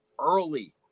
early